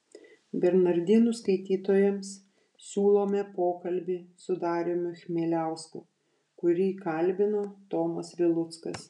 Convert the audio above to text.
bernardinų skaitytojams siūlome pokalbį su dariumi chmieliausku kurį kalbino tomas viluckas